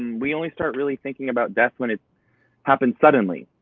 we only start really thinking about death when it happens suddenly.